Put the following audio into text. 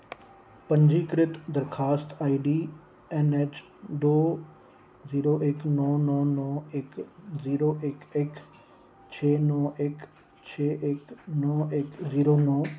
पंजीकृत दरखास्त ID N H दो जीरो इक नौ नौ नौ इक जीरो इक इक छे नौ इक छे इक नौ इक जीरो नौ